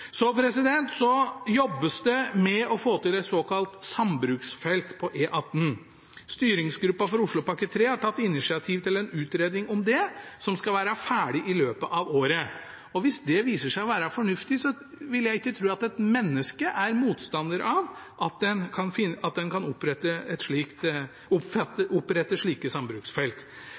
Så jobbes det med å få til et såkalt sambruksfelt på E18. Styringsgruppa for Oslopakke 3 har tatt initiativ til en utredning om dette, som skal være ferdig i løpet av året. Hvis det viser seg å være fornuftig, vil jeg ikke tro at et menneske er motstander av at en kan opprette